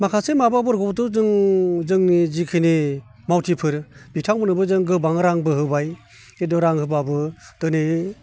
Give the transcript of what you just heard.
माखासे माबाफोरखौबोथ' जों जोंनि जिखिनि मावथिफोर बिथांमोननोबो जों गोबां रांबो होबाय खिन्थु रां होब्लाबो दिनै